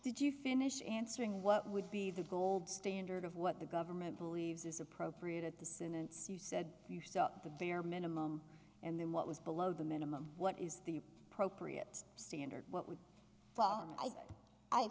did you finish answering what would be the gold standard of what the government believes is appropriate at the sentence you said you saw the very minimum and then what was below the minimum what is the appropriate standard what would i